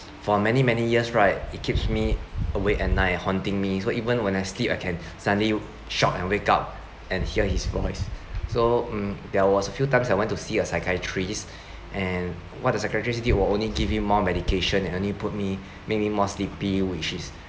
for many many years right it keeps me awake at night and haunting me so even when I sleep I can suddenly shock and wake up and hear his voice so mm there was a few times I went to see a psychiatrist and what the psychiatrist did was only give me more medication and only put me made me more sleepy which is